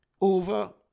over